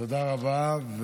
תודה רבה.